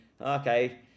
okay